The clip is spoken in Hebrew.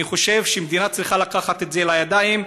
חושב שהמדינה צריכה לקחת את זה לידיים,